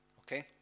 Okay